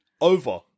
over